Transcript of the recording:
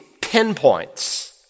pinpoints